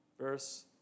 verse